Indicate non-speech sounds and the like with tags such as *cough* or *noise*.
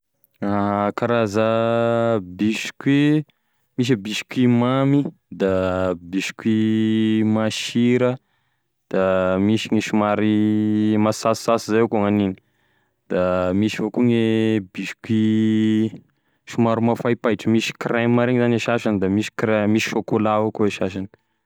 *hesitation* Karaza biscuit: misy e biscuit mamy, da biscuit masira, da misy gne somary masasosaso zay ko gn'aniny da misy avao koa gne biscuit somary mafaipaitry misy creme regny zany e sasany de misy crem- chocolat ao koa gne sasany.